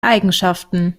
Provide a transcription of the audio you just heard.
eigenschaften